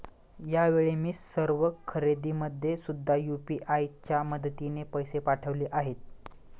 यावेळी मी सर्व खरेदीमध्ये सुद्धा यू.पी.आय च्या मदतीने पैसे पाठवले आहेत